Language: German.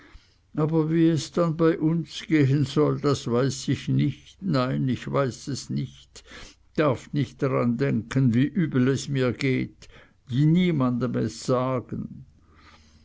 aber wie es dann bei uns gehen soll das weiß ich nicht nein ich weiß es nicht darf nicht daran denken wie übel es mir geht niemanden es sagen